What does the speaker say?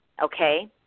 okay